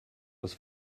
was